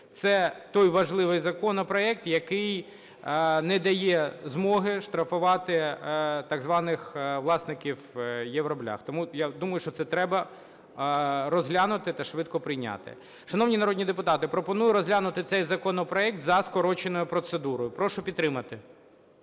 Це той важливий законопроект, який не дає змоги штрафувати так званих власників "євроблях". Тому я думаю, що це треба розглянути на швидко прийняти. Шановні народні депутати, пропоную розглянути цей законопроект за скороченою процедурою. Прошу підтримати.